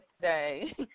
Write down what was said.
today